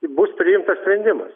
bus priimtas sprendimas